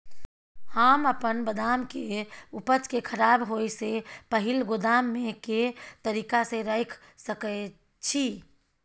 हम अपन बदाम के उपज के खराब होय से पहिल गोदाम में के तरीका से रैख सके छी?